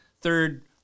third